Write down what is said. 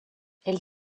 elle